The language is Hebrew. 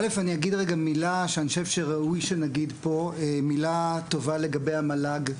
אני אגיד רגע מילה שאני חושב שראוי שנגיד פה מילה טובה לגבי המל"ג.